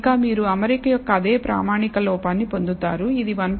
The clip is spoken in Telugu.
ఇంకా మీరు అమరిక యొక్క అదే ప్రామాణిక లోపాన్ని పొందుతారు ఇది 1